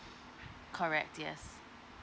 correct yes